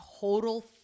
total